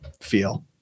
feel